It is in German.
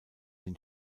den